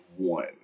One